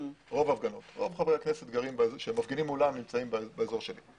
רוב חברי הכנסת מולם מפגינים נמצאים באזור שלי.